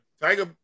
Tiger